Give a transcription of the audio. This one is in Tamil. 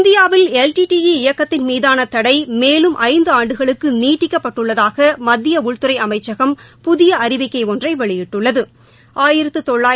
இந்தியாவில் எல் டி டி ஈ இயக்கத்தின் மீதான தடை மேலும் ஐந்து ஆண்டுகளுக்கு நீட்டிக்கப்பட்டுள்ளதாக மத்திய உள்துறை அமைச்சகம் புதிய அறிவிக்கை ஒன்றை வெளியிட்டுள்ளது